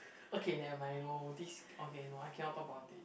okay never mind no this okay no I cannot talk about it